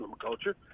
culture